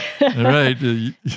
right